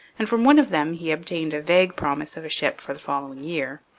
and from one of them he obtained a vague promise of a ship for the following year.